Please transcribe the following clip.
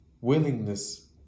willingness